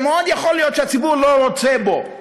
שמאוד יכול להיות שהציבור לא רוצה בו,